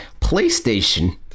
playstation